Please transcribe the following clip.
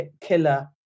killer